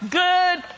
good